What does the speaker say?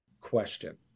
question